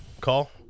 call